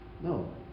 No